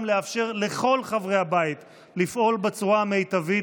לאפשר לכל חברי הבית לפעול בצורה המיטבית,